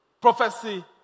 Prophecy